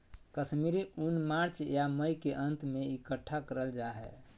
कश्मीरी ऊन मार्च या मई के अंत में इकट्ठा करल जा हय